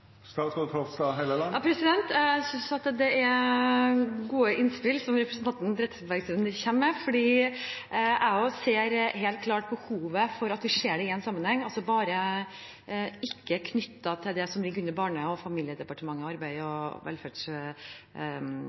Jeg synes at det er gode innspill som representanten Trettebergstuen kommer med. Jeg også ser helt klart behovet for å se det i en sammenheng, knyttet til ikke bare det som ligger under Barne- og likestillingsdepartementet og Arbeids- og